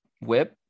Whip